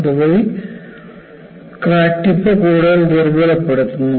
അതുവഴി crack tip കൂടുതൽ ദുർബലപ്പെടുത്തുന്നു